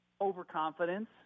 overconfidence